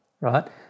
right